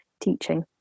teaching